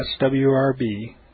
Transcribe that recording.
swrb